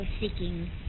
seeking